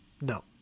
No